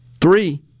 Three